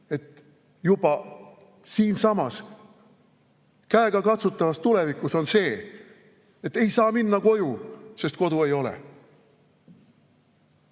et juba käegakatsutavas tulevikus on sedasi, et ei saa minna koju, sest kodu ei ole.